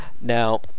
Now